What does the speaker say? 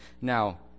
Now